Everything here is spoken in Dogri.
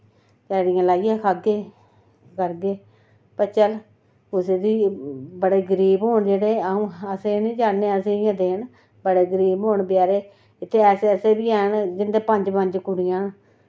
पैड़ियां लाइयै करगे खाह्गे पर चल कुसै दी बड़े गरीब होन जेह्ड़े अ'ऊं अस एह् निं चाह्न्ने कि असेंगी गै देन बड़े गरीब होन बचैरे इत्थै ऐसे बी हैन जिं'दे पंज पंज कुड़ियां न